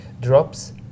Drops